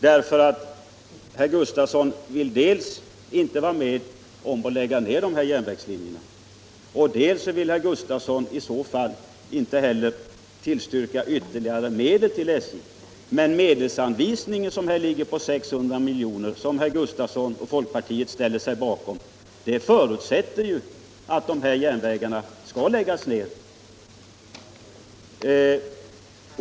Herr Gustafson vill dels inte vara med om att lägga ned de här järnvägslinjerna, dels inte tillstyrka ytterligare medel till SJ. Men medelsanvisningen på 600 milj.kr., som herr Gustafson och folkpartiet ställer sig bakom, förutsätter att dessa järnvägar skall läggas ned.